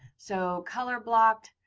so color blocked,